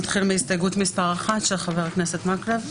נתחיל מהסתייגות מס' 1, של חבר הכנסת מקלב.